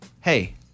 Hey